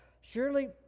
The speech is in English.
surely